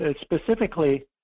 specifically